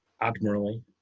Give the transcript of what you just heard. admirably